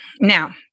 Now